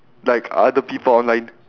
like other people online